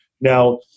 Now